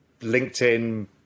LinkedIn